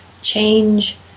change